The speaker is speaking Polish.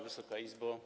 Wysoka Izbo!